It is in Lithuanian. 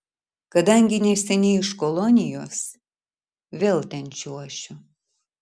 kadangi neseniai iš kolonijos vėl ten čiuošiu